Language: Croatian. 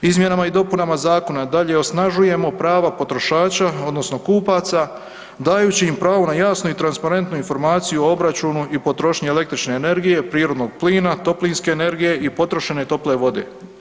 Izmjenama i dopunama zakona dalje osnažujemo pravo potrošača odnosno kupaca dajući im pravo na jasno i transparentnu informaciju o obračunu i potrošnji električne energije, prirodnog plina, toplinske energije i potrošene tople vode.